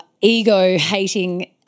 ego-hating